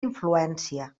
influència